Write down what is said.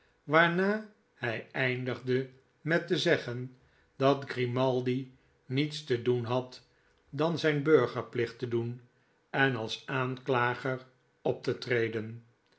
waarna hij eindigde met te zeggen dat grimaldi niets te doen had dan zijn burgerplicht te doen en als aanklager op te treden